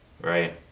right